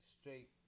Straight